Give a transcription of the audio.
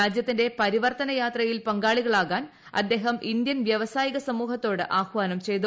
രാജ്യത്തിന്റെ പരിവർത്തന യാത്രയിൽ പങ്കാളികളാകാൻ അദ്ദേഹം ഇന്ത്യൻ വ്യവസായിക സമൂഹത്തോട് ആഹ്വാനം ചെയ്തു